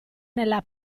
nella